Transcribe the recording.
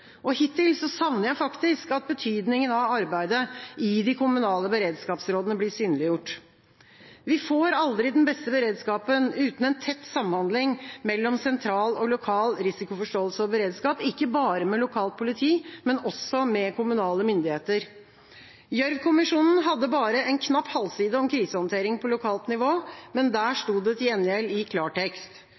Hittil savner jeg faktisk at betydningen av arbeidet i de kommunale beredskapsrådene blir synliggjort. Vi får aldri den beste beredskapen uten en tett samhandling mellom sentral og lokal risikoforståelse og beredskap – ikke bare med lokalt politi, men også med kommunale myndigheter. Gjørv-kommisjonen hadde bare en knapp halvside om krisehåndtering på lokalt nivå, men der stod det til gjengjeld i